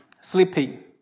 sleeping